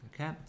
okay